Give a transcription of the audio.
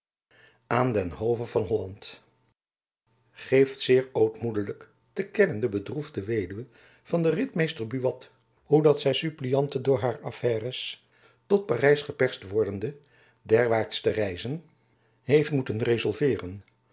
aen den hove van hollant geeft seer ootmoedelick te kennen de bedroefde weduwe van den ritmeester buat hoe dat sy suppliante door haar affaires tot parys geperst wordende derwaers te reysen heeft moeten